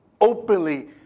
openly